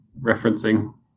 Referencing